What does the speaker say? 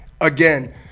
again